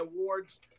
awards